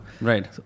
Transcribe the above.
Right